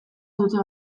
dute